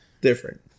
Different